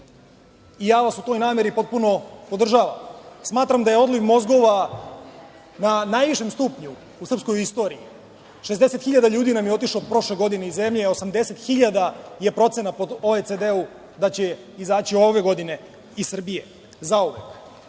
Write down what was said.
i ja vas u toj nameri potpuno podržavam. Smatram da je odliv mozgova na najvišem stupnju u srpskoj istoriji. Šezdeset hiljada ljudi nam je otišlo prošle godine iz zemlje, a 80.000 je procena po OECD-u da će izaći ove godine iz Srbije zauvek. Ono